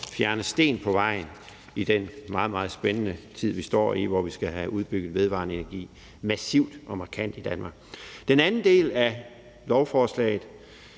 fjerne sten på vejen i den meget, meget spændende tid, vi står i, hvor vi skal have udbygget vedvarende energi massivt og markant i Danmark. Den anden del af lovforslaget